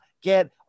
get